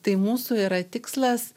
tai mūsų yra tikslas